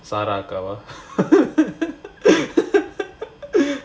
sara காலா இல்ல:kaalaa illa